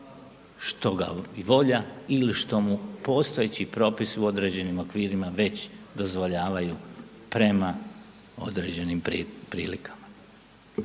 što ga i volja ili što mu postojeći propis u određenim okvirima već dozvoljavaju prema određenim prilikama.